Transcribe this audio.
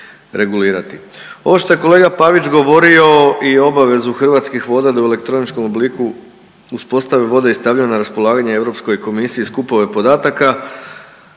Ovo što je kolega Pavić govorio i obavezu Hrvatskih voda da u elektroničkom obliku uspostave vode i stave na raspolaganje Europskoj komisiji skupove podataka,